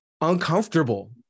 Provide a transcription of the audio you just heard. Uncomfortable